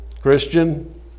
Christian